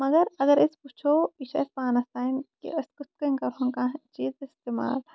مَگر اَگر أسۍ وٕچھو یہِ چھُ اَسہِ پانَس تانۍ کہِ أسۍ کِتھ کٔنۍ کرہون کانہہ چیٖز اِستعمال